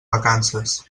vacances